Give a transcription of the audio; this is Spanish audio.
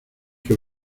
que